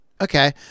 Okay